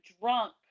drunk